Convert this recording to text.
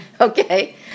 okay